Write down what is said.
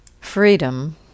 freedom